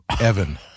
Evan